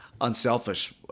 unselfish